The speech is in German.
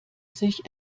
sich